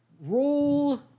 Roll